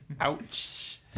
Ouch